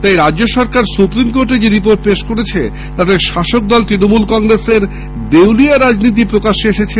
তাই রাজ্য সরকার সুপ্রিম কোর্টে যে রিপোর্ট পেশ করেছে তাতে শাসক দল তৃণমূল কংগ্রেসের দেউলিয়া রাজনীতি প্রকাশ্যে এসেছে